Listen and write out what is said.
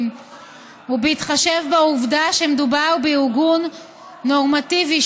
ובהתחשב בעובדה שמדובר בארגון נורמטיבי,